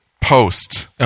post